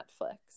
Netflix